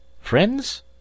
Friends